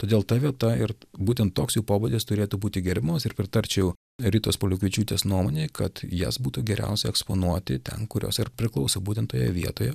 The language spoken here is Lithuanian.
todėl ta vieta ir būtent toks jų pobūdis turėtų būti gerbiamas ir pritarčiau ritos pauliukevičiūtės nuomonei kad jas būtų geriausia eksponuoti ten kur jos ir priklauso būtent toje vietoje